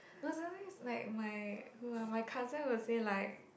no suddenly it's like my who are my cousin will say like